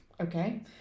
Okay